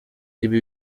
ibi